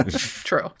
True